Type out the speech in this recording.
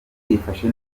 yifashe